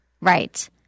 Right